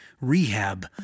rehab